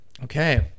Okay